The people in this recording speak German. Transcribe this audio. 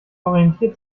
orientiert